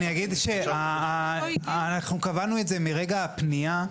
אני אגיד שאנחנו קבענו את זה מרגע הפנייה,